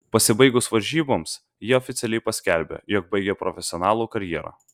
pasibaigus varžyboms jie oficialiai paskelbė jog baigia profesionalų karjerą